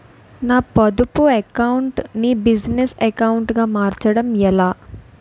నా పొదుపు అకౌంట్ నీ బిజినెస్ అకౌంట్ గా మార్చడం ఎలా?